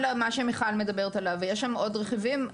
יש שם עוד רכיבים.